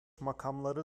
makamları